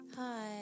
Hi